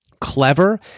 clever